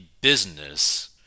business